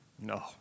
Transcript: No